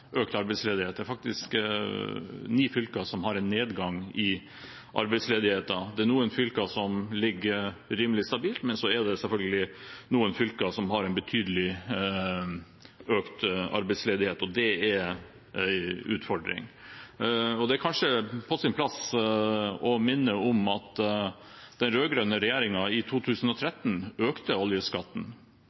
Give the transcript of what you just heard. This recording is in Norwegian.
økt arbeidsledighet. Det er faktisk ni fylker som har en nedgang i arbeidsledigheten. Det er noen fylker som ligger rimelig stabilt, men det er selvfølgelig noen fylker som har en betydelig økt arbeidsledighet – og det er en utfordring. Det er kanskje på sin plass å minne om at den rød-grønne regjeringen i 2013 økte oljeskatten,